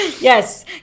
Yes